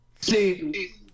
See